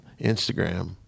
Instagram